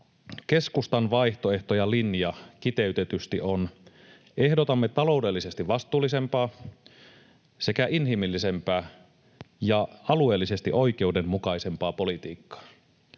Keskustan vaihtoehto ja linja kiteytetysti on: Ehdotamme taloudellisesti vastuullisempaa sekä inhimillisempää ja alueellisesti oikeudenmukaisempaa politiikkaa.